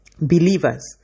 Believers